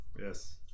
yes